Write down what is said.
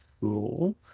cool